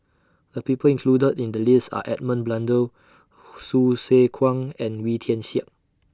The People included in The list Are Edmund Blundell Hsu Tse Kwang and Wee Tian Siak